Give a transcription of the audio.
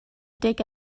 dig